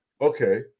okay